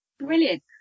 brilliant